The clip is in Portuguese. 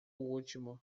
último